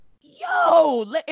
Yo